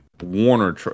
warner